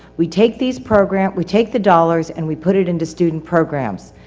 we take these programs, we take the dollars, and we put it into student programs.